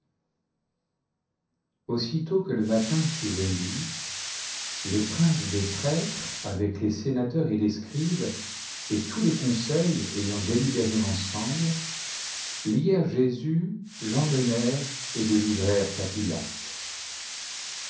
aussitôt que le matin fut venu les princes des prêtres avec les sénateurs et les scribes et tout le conseil ayant délibéré ensemble lièrent jésus l'emmenèrent et le livrèrent